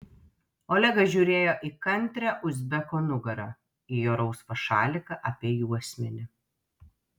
olegas žiūrėjo į kantrią uzbeko nugarą į jo rausvą šaliką apie juosmenį